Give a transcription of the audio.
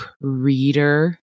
reader